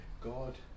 God